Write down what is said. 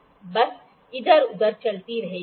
बस इधर उधर चलती रहती